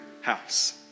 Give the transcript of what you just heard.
house